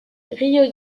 rio